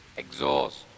exhaust